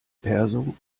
perso